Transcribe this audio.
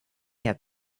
have